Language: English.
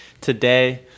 Today